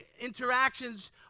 interactions